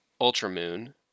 ultramoon